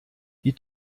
die